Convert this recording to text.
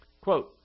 Quote